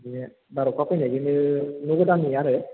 बे बार अखा फैनायखायनो न' गोदाननिया आरो